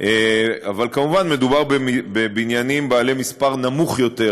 אבל כמובן מדובר בבניינים בעלי מספר קטן יותר